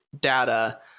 data